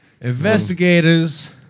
Investigators